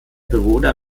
bewohner